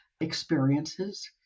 experiences